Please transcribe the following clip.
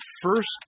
first